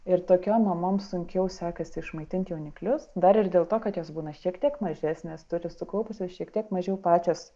ir tokiom mamom sunkiau sekasi išmaitint jauniklius dar ir dėl to kad jos būna šiek tiek mažesnės turi sukaupusios šiek tiek mažiau pačios